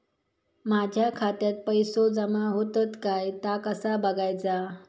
माझ्या खात्यात पैसो जमा होतत काय ता कसा बगायचा?